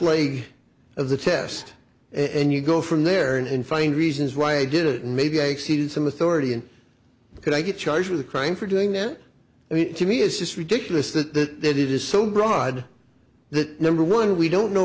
lady of the test and you go from there and find reasons why i did it and maybe i exceeded some authority and could i get charged with a crime for doing that i mean to me it's just ridiculous that it is so broad that number one we don't know